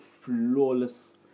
flawless